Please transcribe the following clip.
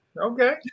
Okay